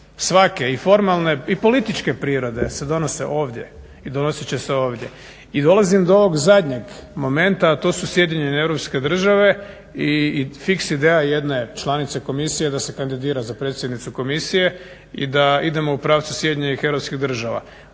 svake i formalne i političke prirode se donose ovdje i donosit će se ovdje. I dolazim do ovog zadnjeg momenta, a to su SAD i fiks ideja jedne članice komisije da se kandidira za predsjednicu komisije i da idemo u pravcu SAD-a.